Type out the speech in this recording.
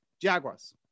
Jaguars